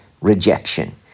rejection